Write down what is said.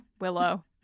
Willow